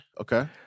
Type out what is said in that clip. okay